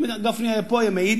אם גפני היה פה הוא היה מעיד.